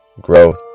growth